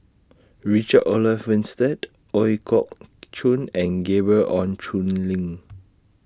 Richard Olaf Winstedt Ooi Kok Chuen and Gabriel Oon Chong Lin